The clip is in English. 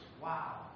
wow